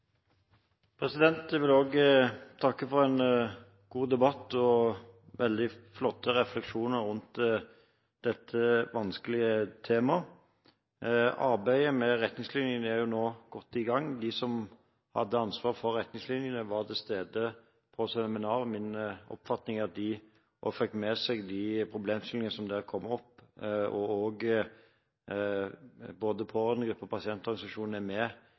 debatt og veldig flotte refleksjoner rundt dette vanskelige temaet. Arbeidet med retningslinjene er nå godt i gang. De som har ansvaret for retningslinjene, var til stede på seminaret og fikk med seg de problemstillingene som der kom opp. Både pårørendegruppen og pasientorganisasjonen er med i arbeidet, og referansegruppen. Jeg føler meg trygg på at innspillene blir tatt med